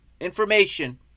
information